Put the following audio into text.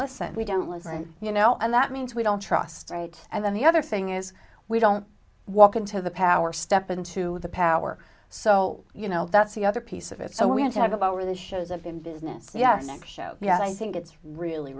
listen we don't listen you know and that means we don't trust right and then the other thing is we don't walk into the power step into the power so you know that's the other piece of it so we have to have our the shows of in business yes next show we have i think it's really